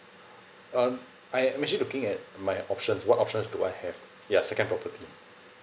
um I'm actually looking at my options what options do I have ya second property